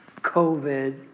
COVID